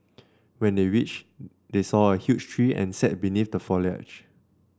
when they reach they saw a huge tree and sat beneath the foliage